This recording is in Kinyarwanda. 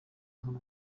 nk’u